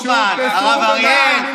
בבקשה.